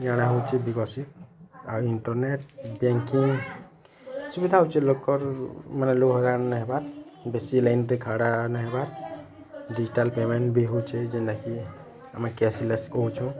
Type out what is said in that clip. ଇଆଡ଼େ ହଉଛି ବିକଶିତ ଆଉ ଇଣ୍ଟରନେଟ୍ ବ୍ୟାଙ୍କିଙ୍ଗ୍ ଲୋକ ହଇରାଣ ନାଇ ହେବା ଡିଜିଟାଲ୍ ପେମେଣ୍ଟ୍ ବି ହଉଛି ଆମେ କ୍ୟାସଲେସ୍ କହୁଛୁ